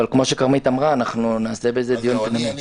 אבל כמו שכרמית אמרה נעשה על זה דיון פנימי.